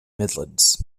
midlands